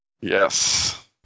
Yes